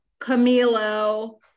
Camilo